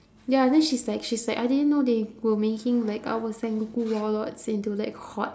ya then she's like she's like I didn't know they were making like our sengoku warlords into like hot